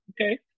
okay